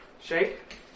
Shake